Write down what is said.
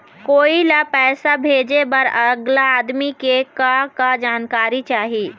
कोई ला पैसा भेजे बर अगला आदमी के का का जानकारी चाही?